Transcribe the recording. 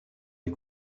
les